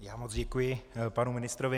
Já moc děkuji panu ministrovi.